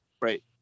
Right